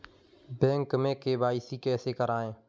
Bank में KYC कैसे करायें?